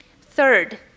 Third